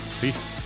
Peace